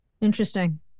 Interesting